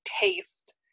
taste